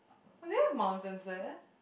do they have mountains there